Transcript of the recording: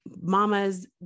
mama's